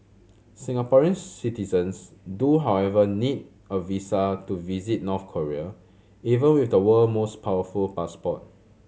Singaporean citizens do however need a visa to visit North Korea even with the world most powerful passport